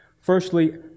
Firstly